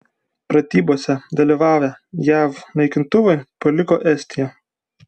pratybose dalyvavę jav naikintuvai paliko estiją